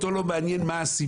אותו לא מעניין מה הסיבות.